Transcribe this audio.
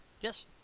Yes